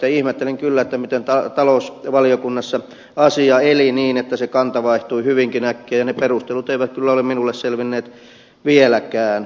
ihmettelen kyllä miten talousvaliokunnassa asia eli niin että se kanta vaihtui hyvinkin äkkiä ja ne perustelut eivät kyllä ole minulle selvinneet vieläkään